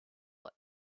what